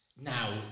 now